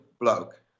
bloke